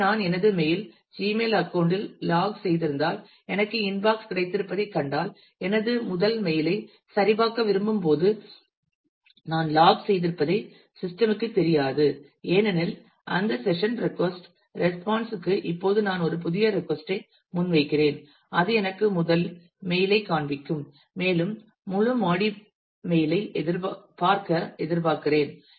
எனவே நான் எனது மெயில் ஜிமெயில் அக்கவுண்ட் இல் லாக் செய்திருந்தால் எனக்கு இன்பாக்ஸ் கிடைத்திருப்பதைக் கண்டால் எனது முதல் மெயில் ஐ சரிபார்க்க விரும்பும் போது நான் லாக் செய்திருப்பதை சிஸ்டம் க்குத் தெரியாது ஏனெனில் அந்த செஷன் ரெட்கொஸ்ட் ரெஸ்பான்ஸ் க்கு இப்போது நான் ஒரு புதிய ரெட்கொஸ்ட் ஐ முன்வைக்கிறேன் அது எனக்கு முதல் மெயில் ஐ காண்பிக்கும் மேலும் முழு பாடி மெயில் ஐ பார்க்க எதிர்பார்க்கிறேன்